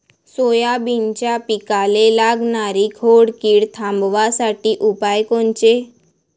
सोयाबीनच्या पिकाले लागनारी खोड किड थांबवासाठी उपाय कोनचे?